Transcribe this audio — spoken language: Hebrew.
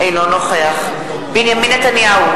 אינו נוכח בנימין נתניהו